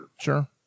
Sure